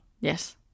Yes